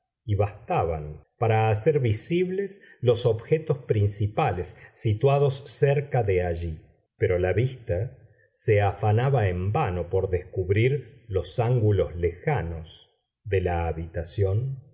y bastaban para hacer visibles los objetos principales situados cerca de allí pero la vista se afanaba en vano por descubrir los ángulos lejanos de la habitación